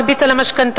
הריבית על המשכנתאות,